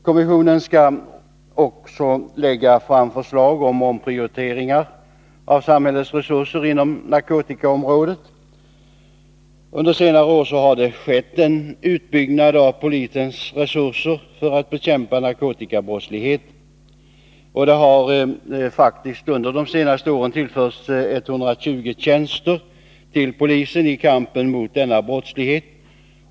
Kommissionen skall också lägga fram förslag till omprioriteringar av samhällets resurser inom narkotikaområdet. Under senare år har en utbyggnad skett av polisens resurser för att man skall kunna bekämpa narkotikabrottsligheten. Under de senaste åren har 120 tjänster tillförts polisen i kampen mot denna brottslighet.